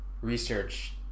research